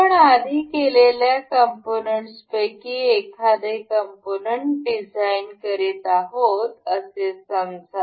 आपण आधी केलेल्या कॉम्पोनन्ट्सपैकी एखादे कॉम्पोनन्ट डिझाईन करीत आहोत असे समजा